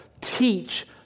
teach